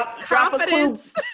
confidence